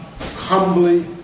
humbly